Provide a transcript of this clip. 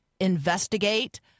investigate